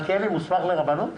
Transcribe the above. מלכיאלי מוסמך לרבנות?